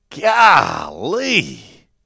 Golly